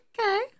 okay